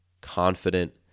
confident